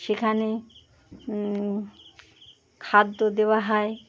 সেখানে খাদ্য দেওয়া হয়